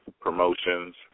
Promotions